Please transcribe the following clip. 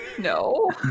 No